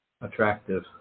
attractive